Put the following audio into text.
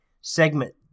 segment